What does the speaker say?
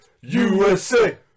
USA